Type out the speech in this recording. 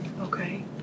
Okay